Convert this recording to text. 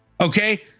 Okay